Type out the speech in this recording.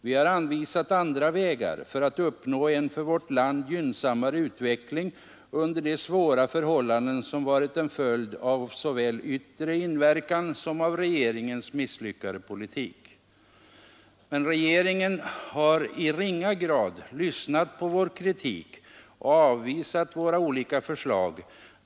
Vi har anvisat andra vägar för att uppnå en för vårt land gynnsammare utveckling under de svåra förhållanden som varit en följd av såväl yttre inverkan som regeringens misslyckade politik. Men regeringen har i ringa grad lyssnat på vår kritik och avvisat våra olika förslag.